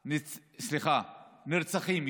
נרצחים.